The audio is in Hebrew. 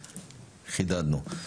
אוקיי, חידדנו.